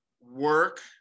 work